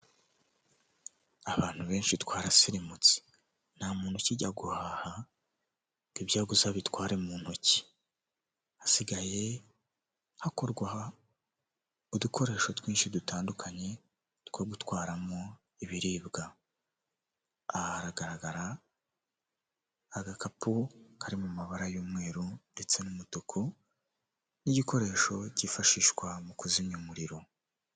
Abantu benshi twarasirimutse, nta muntu ukijya guhaha ngo ibyo aguze abitwara mu ntoki, hasigaye hakorwa udukoresho twinshi dutandukanye two gutwaramo ibiribwa, aha haragaragara agakapu kari mu mabara y'umweru ndetse n'umutuku n'igikoresho kifashishwa mu kuzimya umuriro.